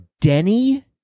Denny